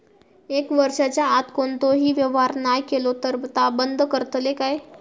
एक वर्षाच्या आत कोणतोही व्यवहार नाय केलो तर ता बंद करतले काय?